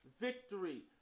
victory